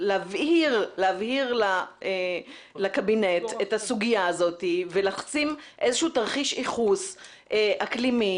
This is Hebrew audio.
להבהיר לקבינט את הסוגיה הזאת ולשים איזשהו תרחיש ייחוס אקלימי